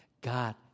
God